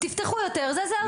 תפתחו יותר, זה האוצר.